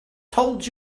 told